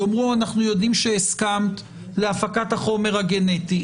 יאמרו: אנחנו יודעים שהסכמת להפקת החומר הגנטי,